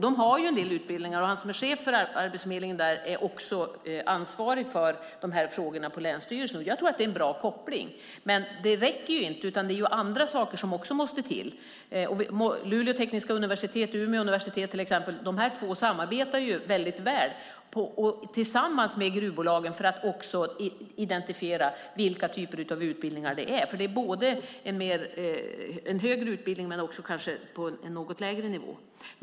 De har en del utbildningar, och den som är chef för arbetsförmedlingen där är också ansvarig på länsstyrelsen för de här frågorna. Jag tror att det är en bra koppling. Men det räcker inte, utan det är andra saker som också måste till. Exempelvis samarbetar Luleå tekniska universitet och Umeå universitet väldigt väl tillsammans med gruvbolagen för att identifiera vilka typer av utbildningar det handlar om. Det gäller högre utbildning men kanske också utbildning på något lägre nivå.